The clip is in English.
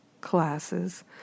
classes